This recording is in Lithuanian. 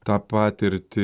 tą patirtį